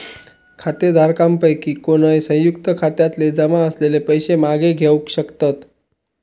खातेधारकांपैकी कोणय, संयुक्त खात्यातले जमा असलेले पैशे मागे घेवक शकतत